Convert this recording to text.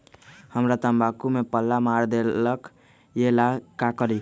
हमरा तंबाकू में पल्ला मार देलक ये ला का करी?